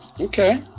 okay